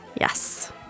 Yes